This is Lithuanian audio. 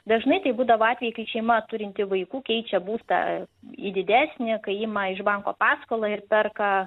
dažnai tai būdavo atvejai kai šeima turinti vaikų keičia būstą į didesni kai ima iš banko paskolą ir perka